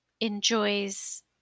enjoys